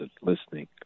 listening